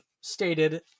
stated